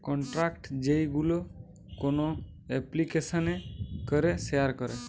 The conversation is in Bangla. কন্টাক্ট যেইগুলো কোন এপ্লিকেশানে করে শেয়ার করে